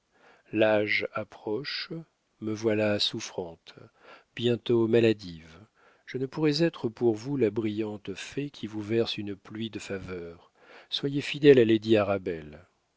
l'âge approche me voilà souffrante bientôt maladive je ne pourrais être pour vous la brillante fée qui vous verse une pluie de faveurs soyez fidèle à lady arabelle